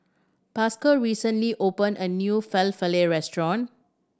Pascal recently opened a new Falafel Restaurant